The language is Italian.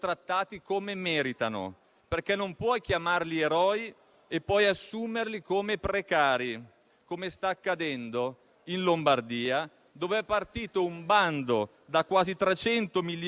Tutto questo deve finire, come devono finire le porte girevoli tra la politica e i vertici dei colossi della sanità privata. Urla vendetta